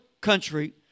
country